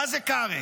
מה זה כרת?